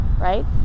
right